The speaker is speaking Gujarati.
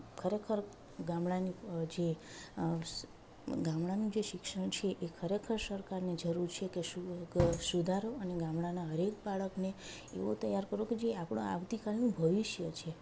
ખરેખર ગામડાની જે ગામડાનું જે શિક્ષણ છે એ ખરેખર સરકારને જરૂર છે કે શું કે સુધારો અને ગામડાના હરેક બાળકને એવો તૈયાર કરો કે જે આપણું આવતી કાલનું ભવિષ્ય છે